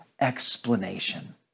explanation